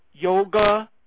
Yoga